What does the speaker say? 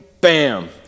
bam